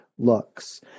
looks